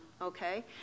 okay